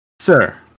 Sir